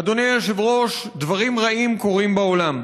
אדוני היושב-ראש, דברים רעים קורים בעולם.